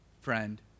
friend